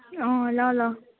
अँ ल ल